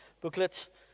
booklet